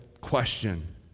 question